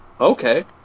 okay